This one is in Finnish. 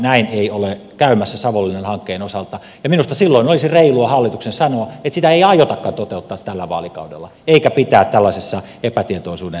näin ei ole käymässä savonlinnan hankkeen osalta ja minusta silloin olisi reilua hallituksen sanoa että sitä ei aiotakaan toteuttaa tällä vaalikaudella eikä pitää tällaisessa epätietoisuuden tilassa